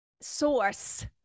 Source